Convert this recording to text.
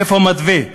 איפה המתווה?